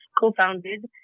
co-founded